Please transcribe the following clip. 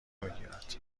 میگیرد